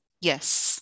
Yes